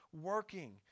working